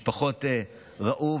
המשפחות ראו,